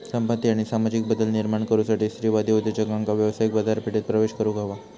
संपत्ती आणि सामाजिक बदल निर्माण करुसाठी स्त्रीवादी उद्योजकांका व्यावसायिक बाजारपेठेत प्रवेश करुक हवा